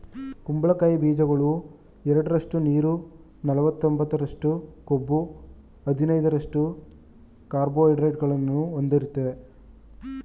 ಕುಂಬಳಕಾಯಿ ಬೀಜಗಳು ಎರಡರಷ್ಟು ನೀರು ನಲವತ್ತೊಂಬತ್ತರಷ್ಟು ಕೊಬ್ಬು ಹದಿನೈದರಷ್ಟು ಕಾರ್ಬೋಹೈಡ್ರೇಟ್ಗಳನ್ನು ಹೊಂದಯ್ತೆ